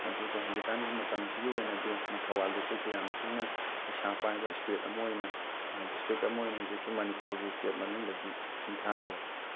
ꯑꯗꯨꯒ ꯍꯧꯖꯤꯛꯀꯥꯟꯒꯤ ꯃꯇꯝꯁꯤꯒꯤ ꯑꯣꯏꯅꯗꯤ ꯊꯧꯕꯥꯜ ꯗꯤꯁꯇ꯭ꯔꯤꯛꯁꯦ ꯌꯥꯝ ꯊꯤꯅ ꯄꯩꯁꯥ ꯄꯥꯏꯕ ꯏꯁꯇꯦꯠ ꯑꯃ ꯑꯣꯏꯅ ꯗꯤꯁꯇ꯭ꯔꯤꯛ ꯑꯃ ꯑꯣꯏꯅ ꯍꯧꯖꯤꯛꯀꯤ ꯃꯅꯤꯄꯨꯔꯒꯤ ꯏꯁꯇꯦꯠ ꯃꯅꯨꯡꯗꯗꯤ ꯁꯤꯡꯊꯥꯅꯔꯦ